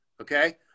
okay